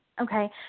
Okay